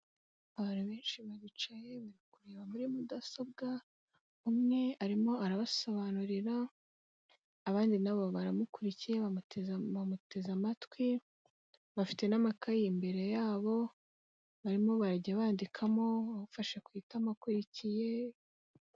Abantu benshi baricaye barikureba muri mudasobwa, umwe arimo arabasobanurira, abandi nabo baramukurikiye bamuteze amatwi, bafite n'amakayi imbere yabo barimo barajya bandikamo, ufasha ku itama akurikiye...